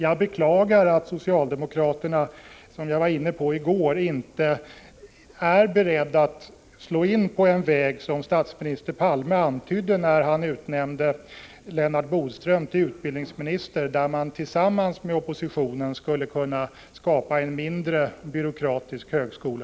Jag beklagar att socialdemokraterna, vilket jag också var inne på i går, inte är beredda att slå in på en väg som statsminister Palme antydde när han utnämnde Lennart Bodström till utbildningsminister, där man tillsammans med oppositionen skulle kunna skapa en mindre byråkratisk högskola.